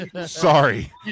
sorry